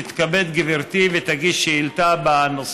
תתכבד גברתי ותגיש שאילתה בנושא.